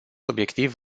obiectiv